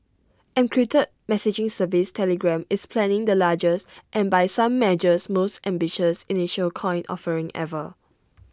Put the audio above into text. encrypted messaging service Telegram is planning the largest and by some measures most ambitious initial coin offering ever